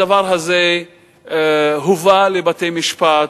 הדבר הזה הובא לבתי-משפט.